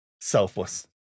Selfless